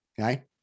Okay